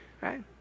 Right